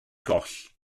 goll